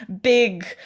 big